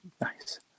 Nice